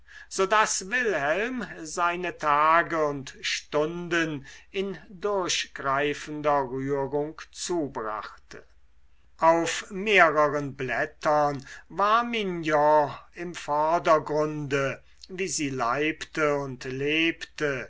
daß wilhelm seine tage und stunden in durchgreifender rührung zubrachte auf mehreren blättern war mignon im vordergrunde wie sie leibte und lebte